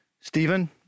Stephen